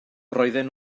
roedden